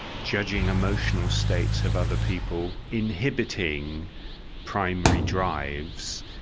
judging emotional states of other people, inhibiting primary drives.